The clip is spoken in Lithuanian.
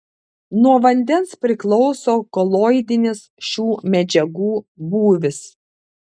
nuo vandens priklauso koloidinis šių medžiagų būvis